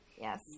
Yes